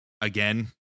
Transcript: again